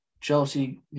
Chelsea